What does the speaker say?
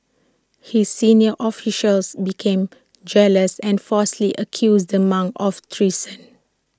his senior officials became jealous and falsely accused the monks of treason